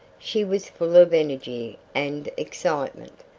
she was full of energy and excitement,